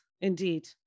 indeed